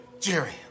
Jerry